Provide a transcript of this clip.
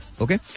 Okay